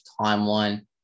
timeline